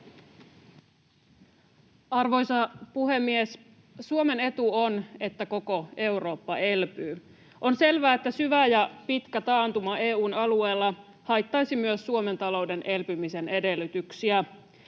Arvoisa puhemies! Suomen etu on, että koko Eurooppa elpyy. On selvää, että syvä ja pitkä taantuma EU:n alueella haittaisi myös Suomen talouden elpymisen edellytyksiä.